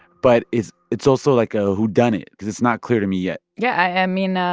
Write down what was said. but it's it's also like a whodunit because it's not clear to me yet yeah. i and mean, ah